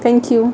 thank you